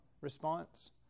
response